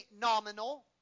nominal